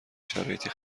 شرایطی